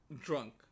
drunk